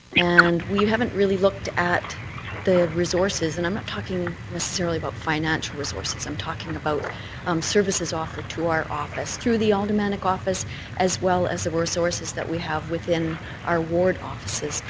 and we haven't really looked at the resources and i'm not talking necessarily about financial resources. i'm talking about um services offered to our office through the aldermanic office as well as the resources that we have within our ward offices,